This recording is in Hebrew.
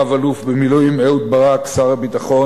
רב-אלוף במילואים אהוד ברק,